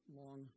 long